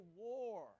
war